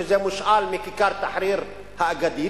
שזה מושאל מכיכר תחריר האגדית,